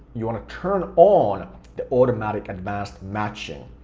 you want to turn on the automatic advanced matching,